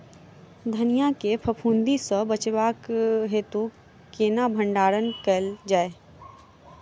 धनिया केँ फफूंदी सऽ बचेबाक हेतु केना भण्डारण कैल जाए?